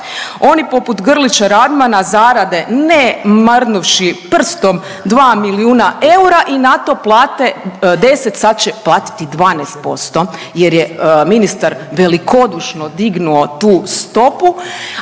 Oni poput Grlića Radmana zarade ne mrdnuvši prstom 2 milijuna eura i na to plate 10, sad će platiti 12%, jer je ministar velikodušno dignuo tu stopu,